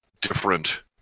different